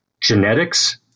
genetics